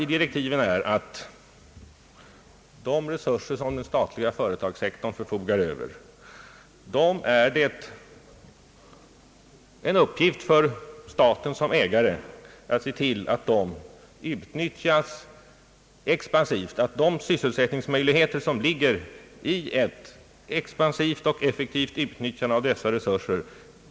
I direktiven har jag sagt att de resurser som den statliga företagssektorn förfogar över skall staten i egenskap av företagsägare utnyttja expansivt.